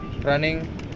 running